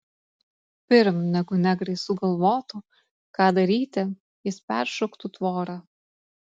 pirm negu negrai sugalvotų ką daryti jis peršoktų tvorą